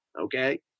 Okay